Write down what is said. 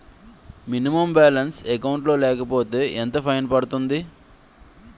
Minimum balance account లో లేకపోతే ఎంత ఫైన్ పడుతుంది?